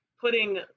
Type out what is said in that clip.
putting